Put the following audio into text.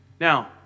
Now